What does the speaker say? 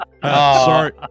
Sorry